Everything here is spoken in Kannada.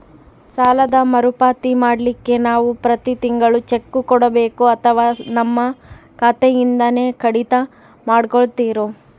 ಸಾಲದ ಮರುಪಾವತಿ ಮಾಡ್ಲಿಕ್ಕೆ ನಾವು ಪ್ರತಿ ತಿಂಗಳು ಚೆಕ್ಕು ಕೊಡಬೇಕೋ ಅಥವಾ ನಮ್ಮ ಖಾತೆಯಿಂದನೆ ಕಡಿತ ಮಾಡ್ಕೊತಿರೋ?